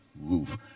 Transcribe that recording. roof